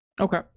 okay